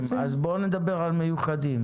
אז בוא נדבר על מיוחדים.